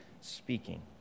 speaking